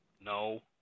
No